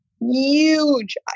huge